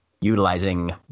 utilizing